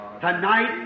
tonight